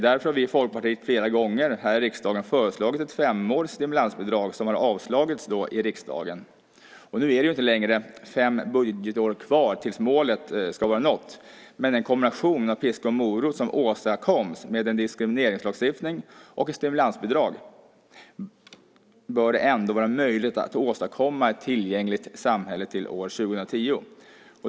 Därför har vi i Folkpartiet flera gånger här i riksdagen föreslagit ett femårigt stimulansbidrag, som har avslagits av riksdagen. Nu är det inte längre fem budgetår kvar tills målet ska vara nått, men med den kombination av piska och morot som åstadkoms med en diskrimineringslagstiftning och ett stimulansbidrag bör det ändå vara möjligt att åstadkomma ett tillgängligt samhälle till år 2010.